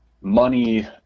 money